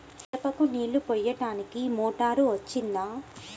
మిరపకు నీళ్ళు పోయడానికి మోటారు మంచిదా?